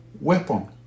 weapon